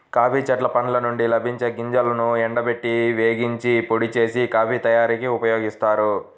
coffee చెట్ల పండ్ల నుండి లభించే గింజలను ఎండబెట్టి, వేగించి, పొడి చేసి, కాఫీ తయారీకి ఉపయోగిస్తారు